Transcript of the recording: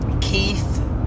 Keith